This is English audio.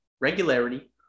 regularity